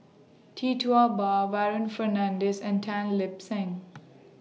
Tee Tua Ba Warren Fernandez and Tan Lip Seng